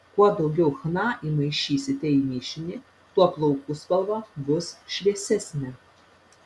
kuo daugiau chna įmaišysite į mišinį tuo plaukų spalva bus šviesesnė